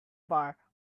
bar